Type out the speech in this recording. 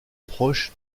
proche